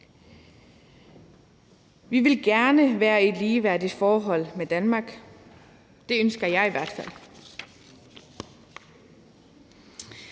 Vi vil gerne være i et ligeværdigt forhold med Danmark, det ønsker jeg i hvert fald.